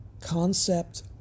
concept